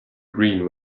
green